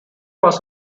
was